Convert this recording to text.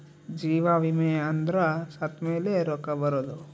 ಜೀವ ವಿಮೆ ಅಂದ್ರ ಸತ್ತ್ಮೆಲೆ ರೊಕ್ಕ ಬರೋದು